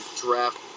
draft